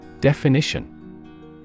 Definition